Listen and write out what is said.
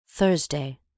THURSDAY